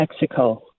Mexico